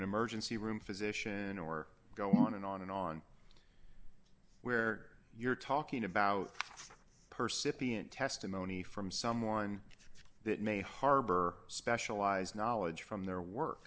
an emergency room physician or go on and on and on where you're talking about her sippy and testimony from someone that may harbor specialized knowledge from their work